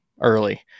early